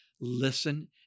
Listen